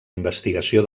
investigació